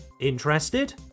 Interested